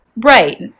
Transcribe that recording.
Right